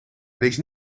wees